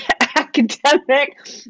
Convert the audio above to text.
academic